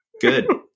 Good